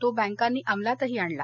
तो बँकांनी अमलातही आणला